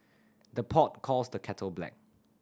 the pot calls the kettle black